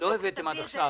לא הבאתם עד עכשיו.